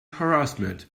harassment